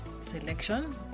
selection